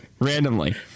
Randomly